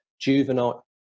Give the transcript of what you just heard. juvenile